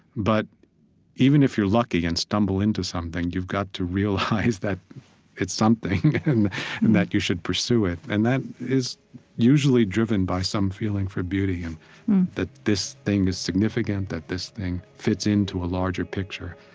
but even if you're lucky and stumble into something, you've got to realize that it's something and and that you should pursue it. and that is usually driven by some feeling for beauty and that this thing significant, that this thing fits into a larger picture.